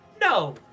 No